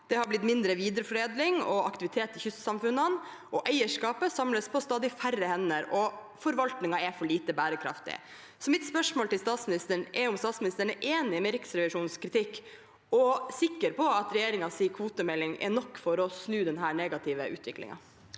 Det har blitt mindre videreforedling og aktivitet i kystsamfunnene, eierskapet samles på stadig færre hender, og forvaltningen er for lite bærekraftig. Mitt spørsmål til statsministeren er om han er enig i Riksrevisjonens kritikk, og om han er sikker på at regjeringens kvotemelding er nok for å snu den negative utviklingen.